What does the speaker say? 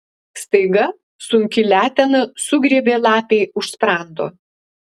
staiga sunki letena sugriebė lapei už sprando